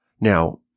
Now